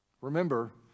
Remember